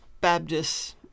Baptists